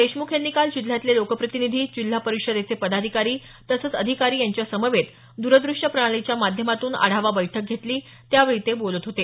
देशमुख यांनी काल जिल्ह्यातले लोकप्रतिनिधी जिल्हा परिषदेचे पदाधिकारी तसंच अधिकारी यांच्या समवेत द्रद्रष्य प्रणालीच्या माध्यमातून आढावा बैठक घेतली त्यावेळी ते बोलत होते